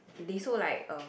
they so like um